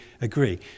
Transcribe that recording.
agree